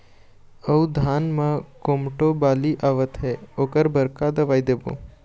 अऊ धान म कोमटो बाली आवत हे ओकर बर का दवई देबो?